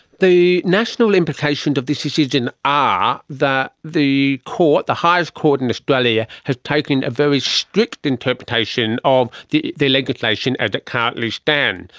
the national implications of this decision are that the court, the highest court in australia has taken a very strict interpretation of the the legislation as it currently stands,